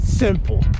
simple